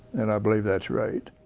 and i believe that's right.